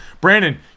Brandon